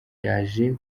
yaje